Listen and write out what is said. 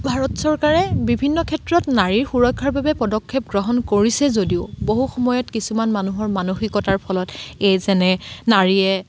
ভাৰত চৰকাৰে বিভিন্ন ক্ষেত্ৰত নাৰীৰ সুৰক্ষাৰ বাবে পদক্ষেপ গ্ৰহণ কৰিছে যদিও বহু সময়ত কিছুমান মানুহৰ মানসিকতাৰ ফলত এই যেনে নাৰীয়ে